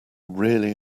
really